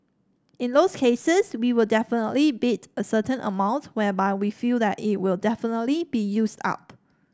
in those cases we will definitely bid a certain amount whereby we feel that it will definitely be used up